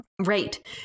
Right